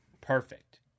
Perfect